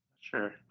Sure